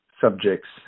subjects